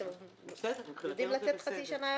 רוצים לתת חצי שנה היערכות.